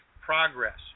progress